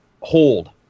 hold